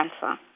cancer